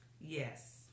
Yes